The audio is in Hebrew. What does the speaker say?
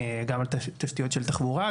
גם על תשתיות של תחבורה,